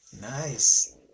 nice